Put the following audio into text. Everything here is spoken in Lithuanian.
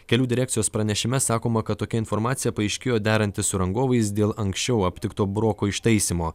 kelių direkcijos pranešime sakoma kad tokia informacija paaiškėjo derantis su rangovais dėl anksčiau aptikto broko ištaisymo